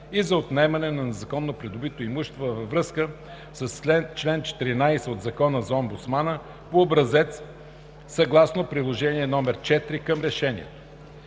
и за отнемане на незаконно придобитото имущество във връзка с чл. 14 от Закона за омбудсмана по образец, съгласно приложение № 4 към решението.